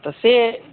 तऽ से